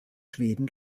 schweden